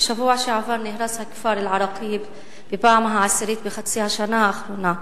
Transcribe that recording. בשבוע שעבר נהרס הכפר אל-עראקיב בפעם העשירית בחצי השנה האחרונה.